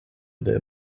their